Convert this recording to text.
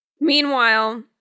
Meanwhile